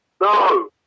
No